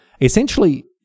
Essentially